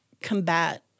combat